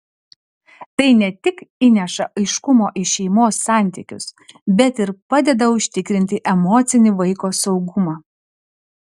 tai ne tik įneša aiškumo į šeimos santykius bet ir padeda užtikrinti emocinį vaiko saugumą